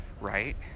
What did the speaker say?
right